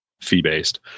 fee-based